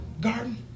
garden